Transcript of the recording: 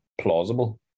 plausible